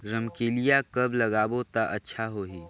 रमकेलिया कब लगाबो ता अच्छा होही?